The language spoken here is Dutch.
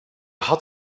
had